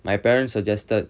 my parents suggested